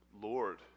Lord